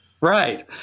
Right